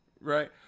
Right